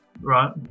Right